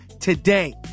today